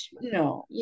No